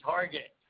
Target